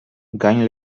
gagne